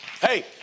Hey